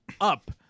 up